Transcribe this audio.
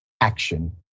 action